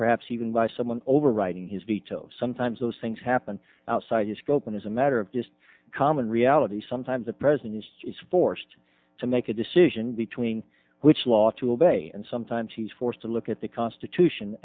perhaps even by someone overwriting his veto sometimes those things happen outside the scope and as a matter of just common reality sometimes the president is forced to make a decision between which law to obey and sometimes he's forced to look at the constitution